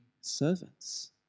servants